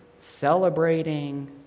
celebrating